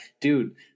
dude